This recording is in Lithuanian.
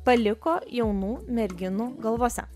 paliko jaunų merginų galvose